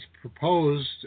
proposed